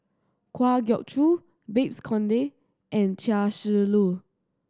Kwa Geok Choo Babes Conde and Chia Shi Lu